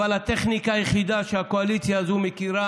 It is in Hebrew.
הטכניקה היחידה שהקואליציה הזאת מכירה